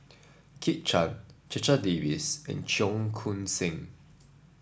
Kit Chan Checha Davies and Cheong Koon Seng